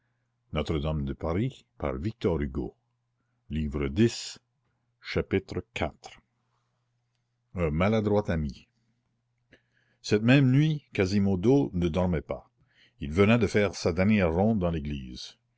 iv un maladroit ami cette même nuit quasimodo ne dormait pas il venait de faire sa dernière ronde dans l'église